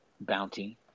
bounty